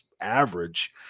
average